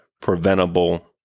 preventable